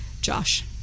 Josh